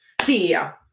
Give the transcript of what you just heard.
CEO